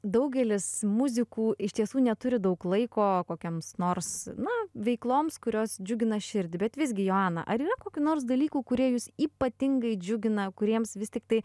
daugelis muzikų iš tiesų neturi daug laiko kokiems nors na veikloms kurios džiugina širdį bet visgi joana ar yra kokių nors dalykų kurie jus ypatingai džiugina kuriems vis tiktai